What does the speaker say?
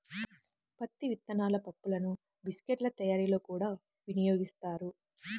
పత్తి విత్తనాల పప్పులను బిస్కెట్ల తయారీలో కూడా వినియోగిస్తారు